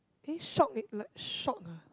eh shock eh like shock ah